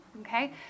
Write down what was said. Okay